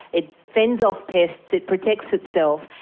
it fends off pests, it protects itself,